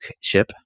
ship